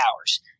hours